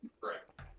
correct